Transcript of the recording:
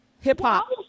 hip-hop